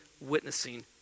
witnessing